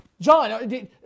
John